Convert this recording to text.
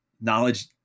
knowledge